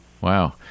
wow